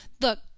Look